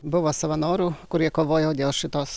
buvo savanorių kurie kovojo dėl šitos